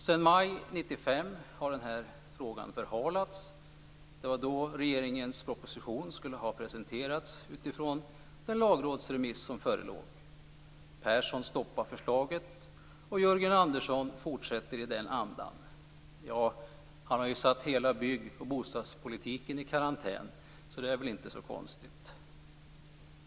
Sedan maj 1995 har denna fråga förhalats. Det var då regeringens proposition skulle ha presenterats utifrån den lagrådsremiss som förelåg. Persson stoppade förslaget, och Jörgen Andersson fortsätter i den andan. Han har satt hela bygg och botadspolitiken i karantän, så det är inte så konstigt.